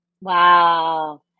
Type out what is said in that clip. Wow